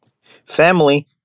Family